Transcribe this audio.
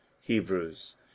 Hebrews